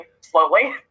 slowly